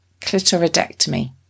clitoridectomy